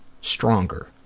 stronger